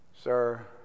Sir